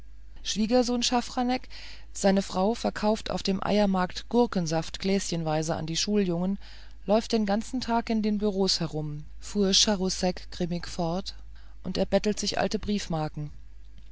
schwiegersohn schaffranek seine frau verkauft auf dem eiermarkt gurkensaft gläschenweise an die schuljugend läuft den ganzen tag in den büros herum fuhr charousek grimmig fort und erbettelt sich alte